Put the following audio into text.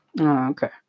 Okay